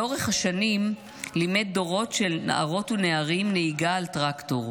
לאורך השנים לימד דורות של נערות ונערים נהיגה על טרקטור.